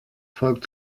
volk